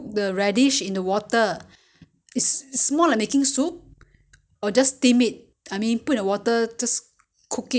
you not adding any other ingredients you know 没有没有加别的材料只是那个而已啊只是白萝卜啊只是吃白萝卜而已啊